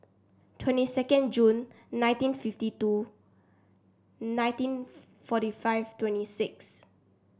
twenty second Jun nineteen fifty two nineteen forty five twenty six